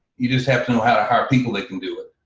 you just have to know how to hire people that can do it.